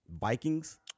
Vikings